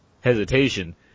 hesitation